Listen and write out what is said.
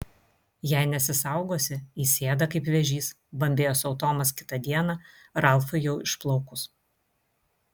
jei nesisaugosi įsiėda kaip vėžys bambėjo sau tomas kitą dieną ralfui jau išplaukus